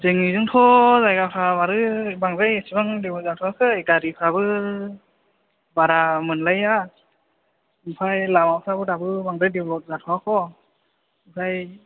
जोंनि जोंथ' जायगाफ्रा माथो बांद्राय इसिबां जेबो जाथ'आखै गारिफ्राबो बारा मोनलाया ओमफ्राय लामाफ्राबो दाबो बांद्राय डेभेलप जाथआखै ओमफ्राय